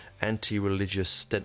anti-religious